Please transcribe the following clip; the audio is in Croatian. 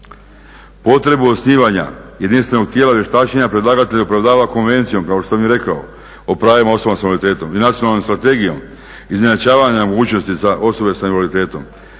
Potrebu osnivanja jedinstvenog tijela vještačenja predlagatelj opravdava Konvencijom, kao što sam i rekao, o pravima osoba s invaliditetom i Nacionalnom strategijom izjednačavanja mogućnosti za osobe s invaliditetom